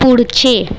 पुढचे